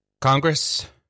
Congress